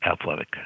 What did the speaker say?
athletic